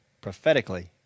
prophetically